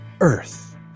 earth